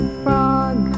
frog